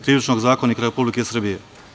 Krivičnog zakonika Republike Srbije.